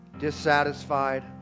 dissatisfied